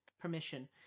permission